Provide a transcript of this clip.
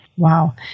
Wow